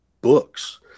books